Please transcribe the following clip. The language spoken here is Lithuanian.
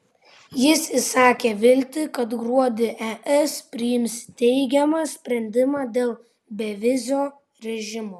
jis išsakė viltį kad gruodį es priims teigiamą sprendimą dėl bevizio režimo